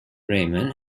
ramon